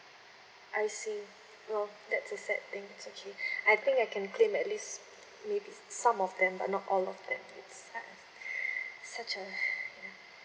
I see well that's a sad thing it's okay I think I can claim at least maybe some of them but not all of them it's such a